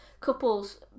couples